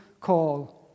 call